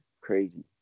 crazy